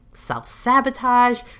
self-sabotage